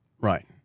Right